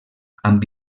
amb